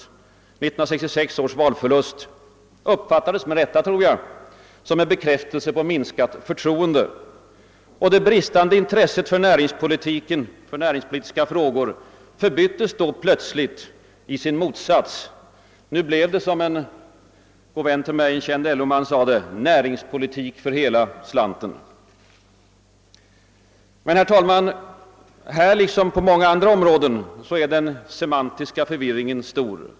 1966 års valförlust uppfattades — som jag tror med rätta — som en bekräftelse på minskat förtroende, och det bristande intresset för näringspolitiska frågor förbyttes då plötsligt i sin motsats. Nu blev det, såsom en god vän till mig — en känd LO-man — sade, näringspolitik för hela slanten. Men här liksom på många andra områden är den semantiska förvirringen stor.